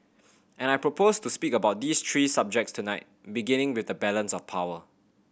and I propose to speak about these three subjects tonight beginning with the balance of power